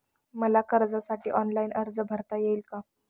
मला कर्जासाठी ऑनलाइन अर्ज भरता येईल का?